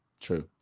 True